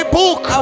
book